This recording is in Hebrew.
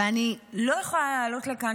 ואני לא יכולה לעלות לכאן,